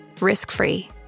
risk-free